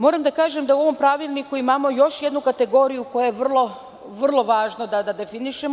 Moram da kažem da u ovom pravilniku imamo još jednu kategoriju koju je vrlo važno da definišemo.